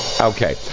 Okay